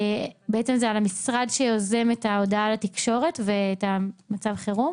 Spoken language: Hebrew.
זה על המשרד שיוזם את ההודעה לתקשורת ואת מצב החירום,